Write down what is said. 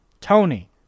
Tony